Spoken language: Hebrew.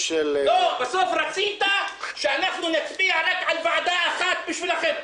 בסוף רצית שנצביע רק על ועדה אחת בשבילכם.